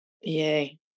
Yay